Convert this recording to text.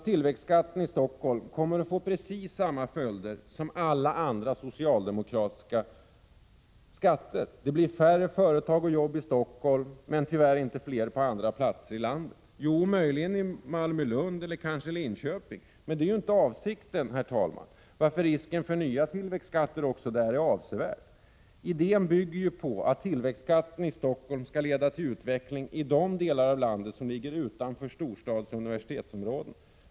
Tillväxtskatten i Stockholm kommer att få precis samma följder som alla andra socialdemokratiska skatter. Det blir färre företag och jobbi Stockholm, men tyvärr inte fler på andra platser i landet. Jo, möjligen i Malmö/Lund eller kanske Linköping, men det är ju inte avsikten, varför risken för nya tillväxtskatter också där är avsevärd. Idén bygger ju på att tillväxtskatten i Stockholm skall leda till utveckling i de delar av landet som ligger utanför storstads-universitetsområdena.